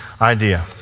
idea